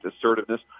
assertiveness